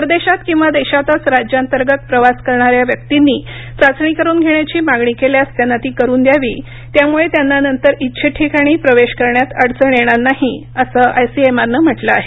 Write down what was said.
परदेशात किंवा देशातच राज्यांतर्गत प्रवास करणाऱ्या व्यक्तींनी चाचणी करून घेण्याची मागणी केल्यास त्यांना ती करून द्यावी त्यामुळे त्यांना नंतर इच्छित ठिकाणी प्रवेश करण्यात अडचण येणार नाही असं आयसीएमआरनं म्हटलं आहे